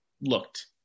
looked